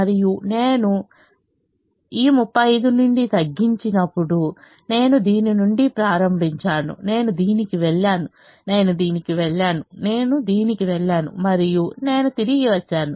మరియు నేను ఈ 35 నుండి తగ్గించినప్పుడు నేను దీని నుండి ప్రారంభించాను నేను దీనికి వెళ్ళాను నేను దీనికి వెళ్ళాను నేను దీనికి వెళ్ళాను మరియు నేను తిరిగి వచ్చాను